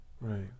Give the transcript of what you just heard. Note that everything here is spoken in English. Right